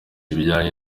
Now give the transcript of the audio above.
ibijyanye